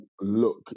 look